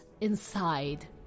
inside